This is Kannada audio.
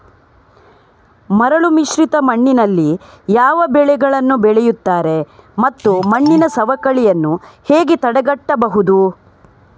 ಮರಳುಮಿಶ್ರಿತ ಮಣ್ಣಿನಲ್ಲಿ ಯಾವ ಬೆಳೆಗಳನ್ನು ಬೆಳೆಯುತ್ತಾರೆ ಮತ್ತು ಮಣ್ಣಿನ ಸವಕಳಿಯನ್ನು ಹೇಗೆ ತಡೆಗಟ್ಟಬಹುದು?